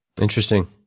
Interesting